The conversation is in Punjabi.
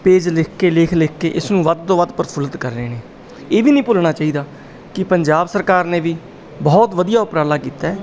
ਪੇਜ ਲਿਖ ਕੇ ਲਿਖ ਲਿਖ ਕੇ ਇਸ ਨੂੰ ਵੱਧ ਤੋਂ ਵੱਧ ਪ੍ਰਫੁੱਲਿਤ ਕਰ ਰਹੇ ਨੇ ਇਹ ਵੀ ਨਹੀਂ ਭੁੱਲਣਾ ਚਾਹੀਦਾ ਕਿ ਪੰਜਾਬ ਸਰਕਾਰ ਨੇ ਵੀ ਬਹੁਤ ਵਧੀਆ ਉਪਰਾਲਾ ਕੀਤਾ ਹੈ